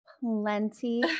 plenty